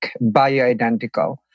bioidentical